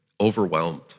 overwhelmed